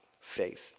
faith